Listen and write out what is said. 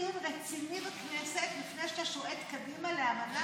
תעשה דיון רציני בכנסת לפני שאתה שועט קדימה לאמנה,